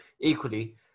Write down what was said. equally